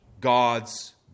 God's